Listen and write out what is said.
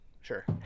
Sure